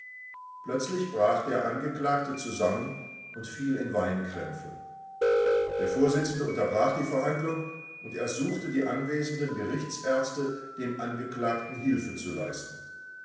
plötzlich brach der angeklagte zusammen und fiel in weinkrämpfe der vorsitzende unterbrach die verhandlung und ersuchte die anwesenden gerichtsärzte dem angeklagten hilfe zu leisten